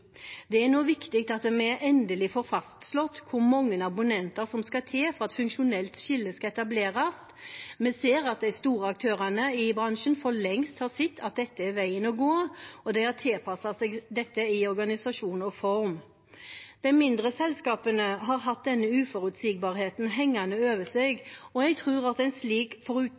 Det er viktig at vi nå endelig får fastslått hvor mange abonnenter som skal til for at et funksjonelt skille skal etableres. Vi ser at de store aktørene i bransjen for lengst har sett at dette er veien å gå, og de har tilpasset seg dette i organisasjon og form. De mindre selskapene har hatt denne uforutsigbarheten hengende over seg, og jeg tror at en slik